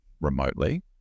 remotely